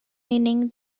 meaning